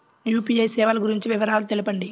UPI సేవలు గురించి వివరాలు తెలుపండి?